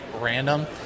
random